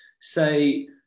say